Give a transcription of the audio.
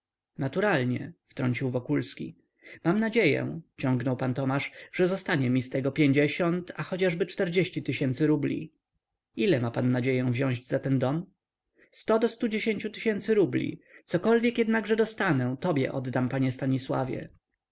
naturalnie wtrącił wokulski mam nadzieję ciągnął pan tomasz że zostanie mi z niego a choćby tysięcy rubli ile ma pan nadzieję wziąć za ten dom sto do stu dziesięciu tysięcy rubli cokolwiek jednakże dostanę tobie oddam panie stanisławie